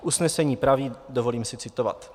Usnesení praví, dovolím si citovat: